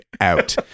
out